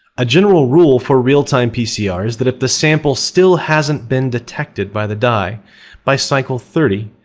a general rule for real-time pcr is that if the sample still hasn't been detected by the dye by cycle thirty,